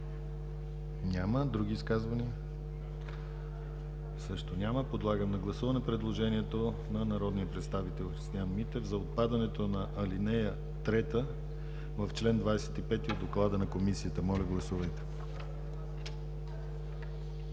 Няма. Други изказвания? Няма. Подлагам на гласуване предложението на народния представител Христиан Митев, за отпадането на ал. 3 в чл. 25 от Доклада на Комисията. Моля, гласувайте.